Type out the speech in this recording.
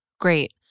great